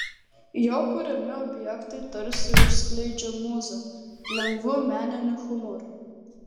jo kuriami objektai tarsi užsklendžia mūzą lengvu meniniu humoru